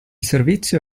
servizio